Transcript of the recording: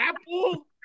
apple